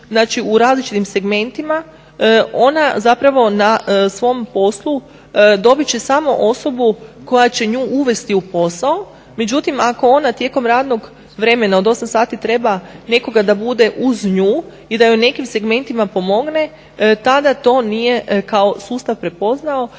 u različitim segmentima ona na svom poslu dobit će samo osobu koja će nju uvesti u posao. Međutim ako ona tijekom radnog vremena od osam sati treba nekoga da bude uz nju i da u nekim segmentima pomogne tada to nije kao sustav prepoznao